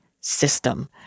System